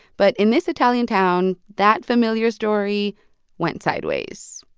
but in this italian town, that familiar story went sideways.